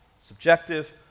subjective